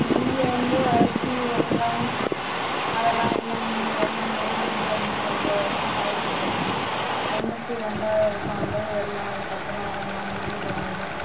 இங்கே வந்து வறட்சி வெள்ளம் அதெல்லாம் இல்லைங்க இங்கே வெள்ளமெல்லாம் வந்து வந்து ரொம்ப வருடம் ஆகுது தொண்ணூற்றி ரெண்டாவது வருடம் வந்து வெள்ளம் அதுக்கப்பறம் வெள்ளம்லாம் இங்கே வரலை